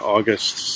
August